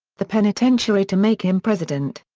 the penitentiary to make him president.